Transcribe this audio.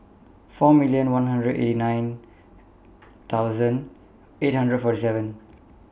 four million one hundred eighty nine thousand eight hundred forty seven